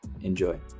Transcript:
enjoy